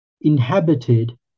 inhabited